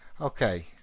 okay